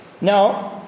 Now